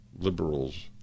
Liberals